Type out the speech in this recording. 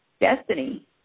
Destiny